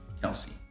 Kelsey